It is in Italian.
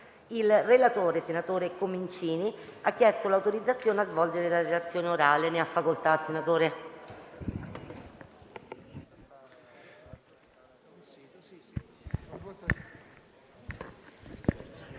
Il relatore, senatore Comincini, ha chiesto l'autorizzazione a svolgere la relazione orale. Non facendosi